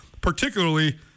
particularly